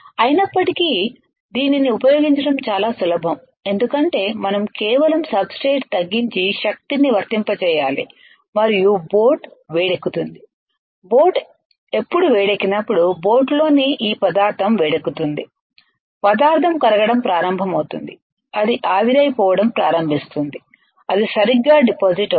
అయినప్పటికీ దీనిని ఉపయోగించడం చాలా సులభం ఎందుకంటే మనం కేవలం సబ్ స్ట్రేట్ తగ్గించి శక్తిని వర్తింపజేయాలి మరియు బోట్ వేడెక్కుతుంది బోట్ ఎప్పుడు వేడెక్కినప్పుడు బోట్ లోని ఈ పదార్థం వేడెక్కుతుంది పదార్థం కరగడం ప్రారంభమవుతుంది అది ఆవిరైపోవటం ప్రారంభిస్తుంది అది సరిగ్గా డిపాజిట్ అవుతుంది